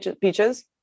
Peaches